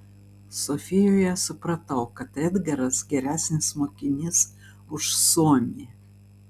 sofijoje supratau kad edgaras geresnis mokinys už suomį